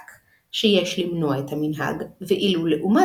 לאחר מכן נוהגים לבקר אצל מספר רבנים,